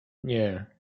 nie